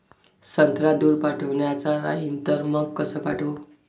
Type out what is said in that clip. संत्रा दूर पाठवायचा राहिन तर मंग कस पाठवू?